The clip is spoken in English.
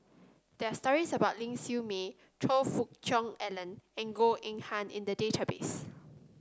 there are stories about Ling Siew May Choe Fook Cheong Alan and Goh Eng Han in the database